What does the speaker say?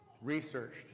researched